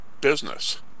business